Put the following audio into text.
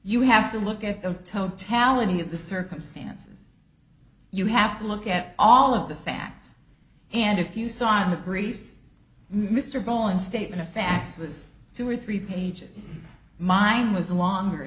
you have to look at the totality of the circumstances you have to look at all of the facts and if you saw on the grease mr bowen statement of facts was two or three pages mine was long